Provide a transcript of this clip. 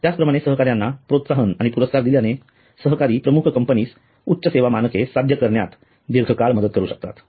त्याचप्रमाणे सहकाऱ्यांना प्रोत्साहन आणि पुरस्कार दिल्याने सहकारी प्रमुख कंपनीस उच्च सेवा मानके साध्य करण्यात दीर्घकाळ मदत करू शकतात